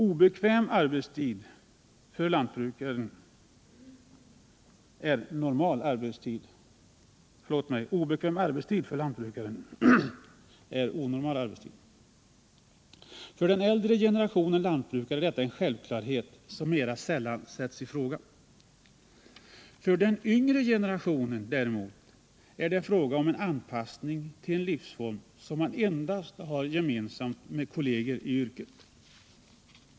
Obekväm arbetstid för de flesta människor är för lantbrukaren normal arbetstid. För den äldre generationen lantbrukare är detta en självklarhet som mera sällan sätts i fråga. För den yngre generationen däremot är det fråga om en anpassning till en livsform som man endast har gemensam med kolleger i yrket.